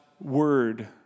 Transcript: word